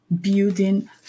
building